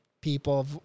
people